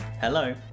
hello